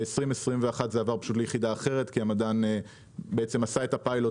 ב-2021 זה עבר ליחידה אחרת כי המדען עשה את הפיילוט